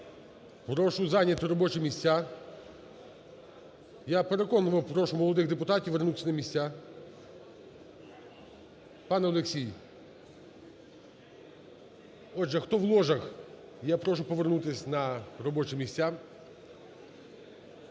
Прошу зайняти робочі місця. Я переконливо прошу молодих депутатів вернутись на місця. Пане Олексій! Отже, хто в ложах, я прошу повернутись на робочі місця.